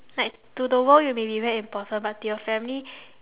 like to the world you may be very important but to your family